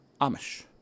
Amish